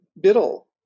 Biddle